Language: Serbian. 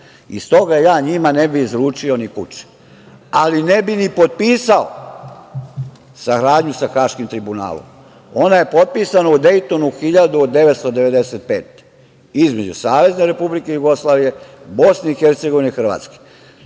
Stoga ja njima ne bih izručio ni kuče, ali ne bih ni potpisao saradnju sa Haškim tribunalom. Ona je potpisana u Dejtonu 1995. godine između SR Jugoslavije, Bosne i Hercegovine i Hrvatske,